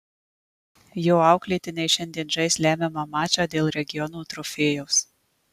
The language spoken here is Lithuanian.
jo auklėtiniai šiandien žais lemiamą mačą dėl regiono trofėjaus